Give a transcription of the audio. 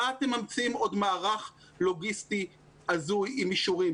מה אתם ממציאים עוד מערך לוגיסטי הזוי עם אישורים,